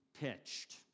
pitched